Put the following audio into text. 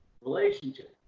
relationship